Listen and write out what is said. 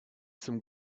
some